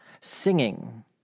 singing